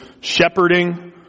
shepherding